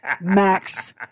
Max